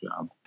job